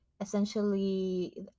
essentially